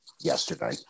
yesterday